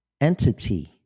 entity